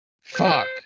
Fuck